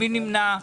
מי נמנע?